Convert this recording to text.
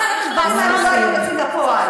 אחרת הדברים האלה לא היו יוצאים לפועל.